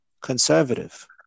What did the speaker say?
conservative